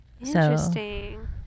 interesting